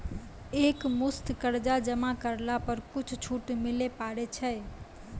एक मुस्त कर्जा जमा करला पर कुछ छुट मिले पारे छै?